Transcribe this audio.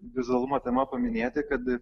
vizualumo tema paminėti kad